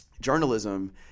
journalism